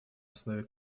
основе